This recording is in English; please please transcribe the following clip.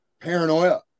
Paranoia